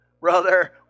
Brother